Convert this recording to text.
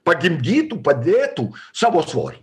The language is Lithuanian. pagimdytų padėtų savo svorį